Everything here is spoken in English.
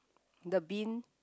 the bin